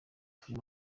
turi